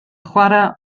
chwarae